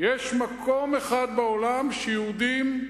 יש מקום אחד בעולם שיהודים,